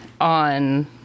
on